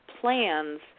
plans